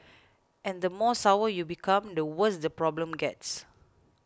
and the more sour you become the worse the problem gets